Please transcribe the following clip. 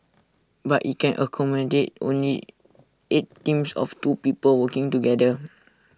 but IT can accommodate only eight teams of two people working together